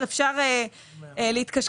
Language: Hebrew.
בתוך